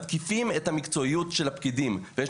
מתקיפים את המקצועיות של הפקידים ויש